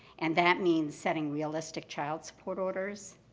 and that means setting realistic child support orders.